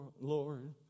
Lord